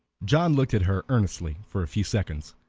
john looked at her earnestly for a few seconds,